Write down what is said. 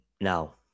Now